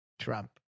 Trump